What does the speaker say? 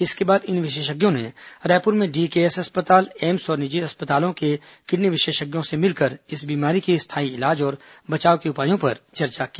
इसके बाद इन विशेषज्ञों ने रायपुर में डीकेएस अस्पताल एम्स और निजी अस्पतालों के किडनी विशेषज्ञों से मिलकर इस बीमारी के स्थाई इलाज और बचाव के उपायों पर चर्चा की